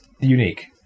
unique